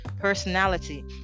personality